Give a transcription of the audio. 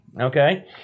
Okay